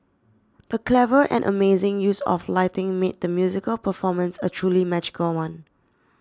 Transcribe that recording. the clever and amazing use of lighting made the musical performance a truly magical one